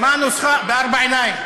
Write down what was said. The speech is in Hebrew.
בארבע עיניים.